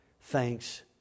thanks